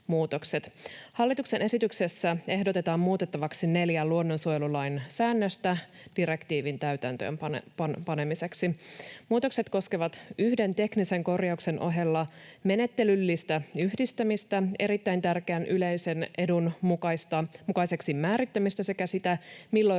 Hallituksen esityksessä ehdotetaan muutettavaksi neljää luonnonsuojelulain säännöstä direktiivin täytäntöönpanemiseksi. Muutokset koskevat yhden teknisen korjauksen ohella menettelyllistä yhdistämistä, erittäin tärkeän yleisen edun mukaiseksi määrittämistä sekä sitä, milloin